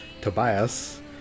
Tobias